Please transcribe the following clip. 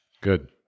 Good